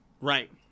Right